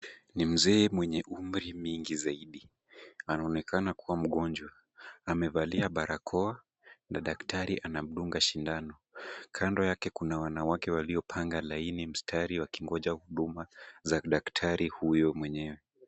Ni mzee mwenye umri mingi zaidi, anaonekana kuwa mgonjwa. Amevalia barakoa na daktari anamdunga sindano. Kando yake kuna wanawake waliopanga laini , mstari wakingoja huduma za daktari huyo mwenyewe.